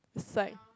it's like